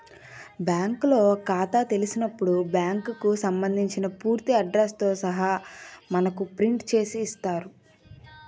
బ్యాంకులో ఖాతా తెలిసినప్పుడు బ్యాంకుకు సంబంధించిన పూర్తి అడ్రస్ తో సహా మనకు ప్రింట్ చేసి ఇస్తారు